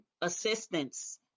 assistance